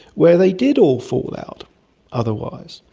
where they did all fall out otherwise.